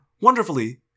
wonderfully